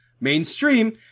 mainstream